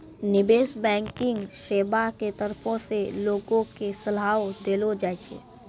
निबेश बैंकिग सेबा के तरफो से लोगो के सलाहो देलो जाय छै